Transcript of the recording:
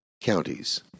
counties